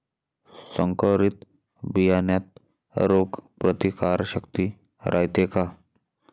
संकरित बियान्यात रोग प्रतिकारशक्ती रायते का?